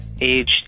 age